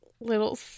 little